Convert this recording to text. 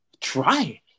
try